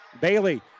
Bailey